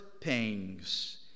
pangs